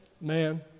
man